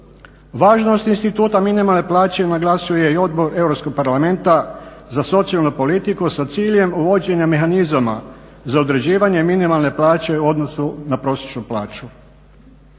glasuje i odbor Europskog parlamenta za socijalnu politiku sa ciljem uvođenja mehanizama za određivanje minimalne plaće u odnosu na prosječnu plaću.